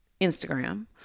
Instagram